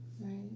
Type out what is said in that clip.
Right